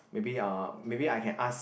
maybe ah maybe I can ask